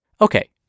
Okay